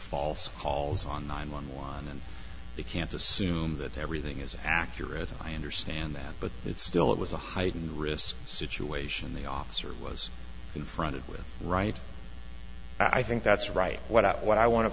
false calls on nine one one and they can't assume that everything is accurate and i understand that but it's still it was a heightened risk situation the officer was confronted with right i think that's right what out what i wan